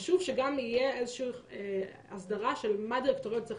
חשוב שגם תהיה הסדרה של מה דירקטוריון צריך